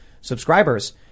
subscribers